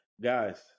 Guys